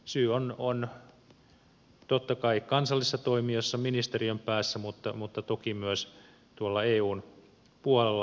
syy on totta kai kansallisissa toimijoissa ministeriön päässä mutta toki myös tuolla eun puolella